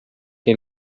che